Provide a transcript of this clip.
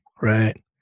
right